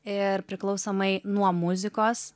ir priklausomai nuo muzikos